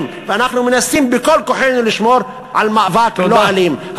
ומנסים בכל כוחנו לשמור על מאבק לא אלים.